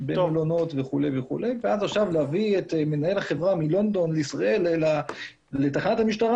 במלונות ואז להביא עכשיו את מנהל החברה מלונדון לישראל לתחנת המשטרה,